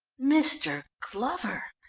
mr. glover,